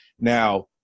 now